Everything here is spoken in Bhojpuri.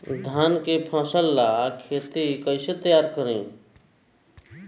धान के फ़सल ला खेती कइसे तैयार करी?